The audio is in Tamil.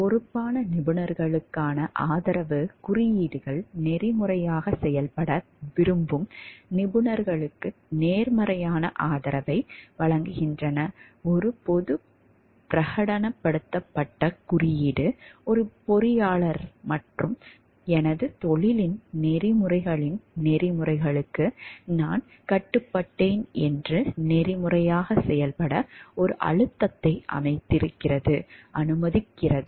பொறுப்பான நிபுணர்களுக்கான ஆதரவு குறியீடுகள் நெறிமுறையாக செயல்பட விரும்பும் நிபுணர்களுக்கு நேர்மறையான ஆதரவை வழங்குகின்றன ஒரு பொது பிரகடனப்படுத்தப்பட்ட குறியீடு ஒரு பொறியியலாளர் மற்றும் எனது தொழிலின் நெறிமுறைகளின் நெறிமுறைகளுக்கு நான் கட்டுப்பட்டேன் என்று நெறிமுறையாக செயல்பட ஒரு அழுத்தத்தை அனுமதிக்கிறது